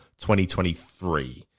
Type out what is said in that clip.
2023